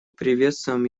приветствуем